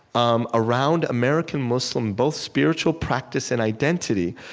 um around american-muslim, both spiritual practice and identity,